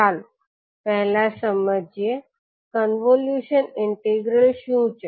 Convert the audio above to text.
ચાલો પહેલા સમજીએ કન્વોલ્યુશન ઇન્ટિગ્રલ શું છે